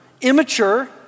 immature